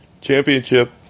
Championship